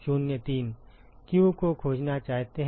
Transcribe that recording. q को खोजना चाहते हैं